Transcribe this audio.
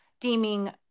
deeming